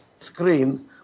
screen